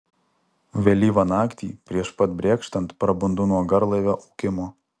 vėlyvą naktį prieš pat brėkštant prabundu nuo garlaivio ūkimo